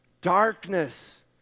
Darkness